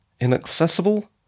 inaccessible